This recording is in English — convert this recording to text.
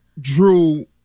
Drew